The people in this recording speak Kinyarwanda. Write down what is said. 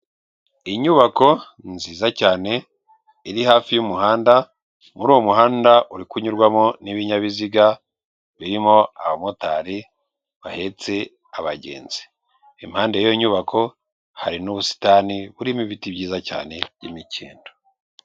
Inyubako nziza cyane iri hafi y'umuhanda, muri uwo muhanda uri kunyurwamo n'ibinyabiziga, birimo abamotari bahetse abagenzi. impande y'iyo nyubako hari n'ubusitani burimo ibiti byiza cyane by'imikindo.